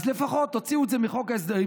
אז לפחות תוציאו את זה מחוק ההסדרים,